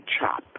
chop